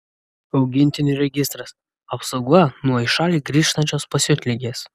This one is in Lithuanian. augintinių registras apsauga nuo į šalį grįžtančios pasiutligės